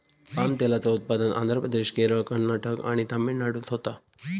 palm तेलाचा उत्पादन आंध्र प्रदेश, केरळ, कर्नाटक आणि तमिळनाडूत होता